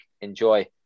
enjoy